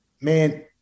Man